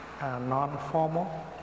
non-formal